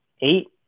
eight